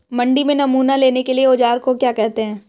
मंडी में नमूना लेने के औज़ार को क्या कहते हैं?